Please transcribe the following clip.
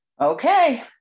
okay